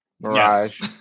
mirage